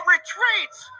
Retreats